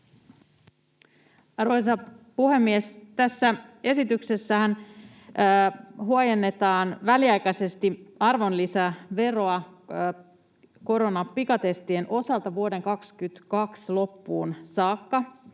Arvoisa puhemies! Tässä esityksessähän huojennetaan väliaikaisesti arvonlisäveroa koronapikatestien osalta vuoden 22 loppuun saakka,